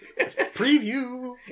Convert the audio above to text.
preview